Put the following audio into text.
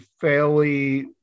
fairly